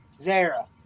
Zara